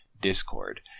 discord